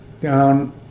down